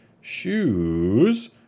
shoes